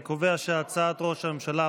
אני קובע שהצעת ראש הממשלה,